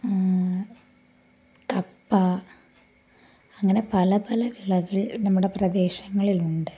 കപ്പ അങ്ങനെ പല പല വിളകൾ നമ്മുടെ പ്രദേശങ്ങളിലുണ്ട്